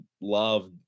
love